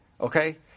Okay